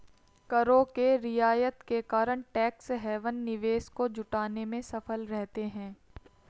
करों के रियायत के कारण टैक्स हैवन निवेश को जुटाने में सफल रहते हैं